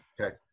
okay